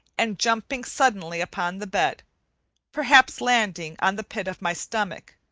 and jumping suddenly upon the bed perhaps landing on the pit of my stomach.